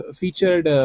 featured